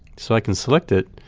so i can select it,